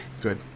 Good